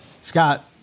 Scott